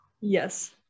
Yes